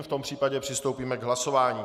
V tom případě přistoupíme k hlasování.